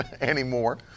anymore